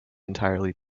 entirely